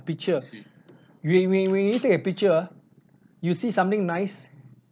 pictures when when when you take a picture ah you see something nice